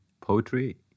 poetry